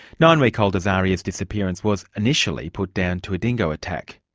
nine-week-old azaria's disappearance was initially put down to a dingo attack.